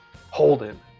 Holden